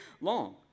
long